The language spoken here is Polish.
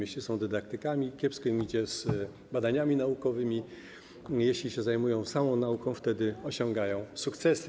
Jeśli są dydaktykami, kiepsko im idzie z badaniami naukowymi, a jeśli się zajmują samą nauką, osiągają sukcesy.